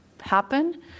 happen